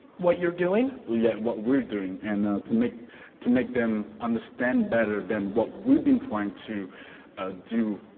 what you're doing? yeah, what we're doing, and to make to make them understand better than what we've been trying to do,